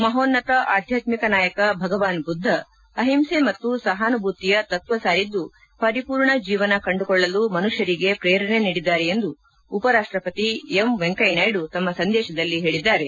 ಮಹೋನ್ನತ ಆಧ್ವಾತ್ಮಿಕ ನಾಯಕ ಭಗವಾನ್ ಬುದ್ದ ಅಹಿಂಸೆ ಮತ್ತು ಸಹಾನುಭೂತಿಯ ತತ್ವ ಸಾರಿದ್ದು ಪರಿಪೂರ್ಣ ಜೇವನ ಕಂಡುಕೊಳ್ಳಲು ಮನುಷ್ಟರಿಗೆ ಪ್ರೇರಣೆ ನೀಡಿದ್ದಾರೆ ಎಂದು ಉಪರಾಷ್ಟಪತಿ ಎಂ ವೆಂಕಯ್ಯನಾಯ್ಡು ತಮ್ಮ ಸಂದೇಶದಲ್ಲಿ ಹೇಳಿದ್ದಾರೆ